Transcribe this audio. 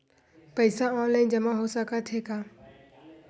पईसा ऑनलाइन जमा हो साकत हे का?